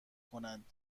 کنند